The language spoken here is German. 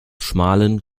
schmalen